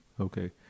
Okay